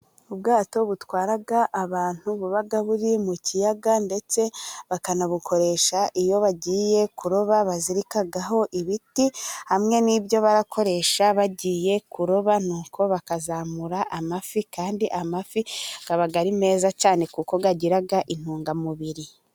Ubwato butwara abantu baba buri mu kiyaga ndetse bakanabukoresha iyo bagiye kuroba, bazirikaho ibiti hamwe n'ibyo bakoresha bagiye kuroba, nuko bakazamura amafi kandi amafi akaba ari meza cyane kuko agira intungamubiri.